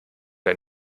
der